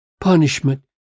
punishment